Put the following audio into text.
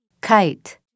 Kite